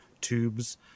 tubes